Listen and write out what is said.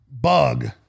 bug